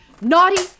Naughty